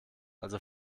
also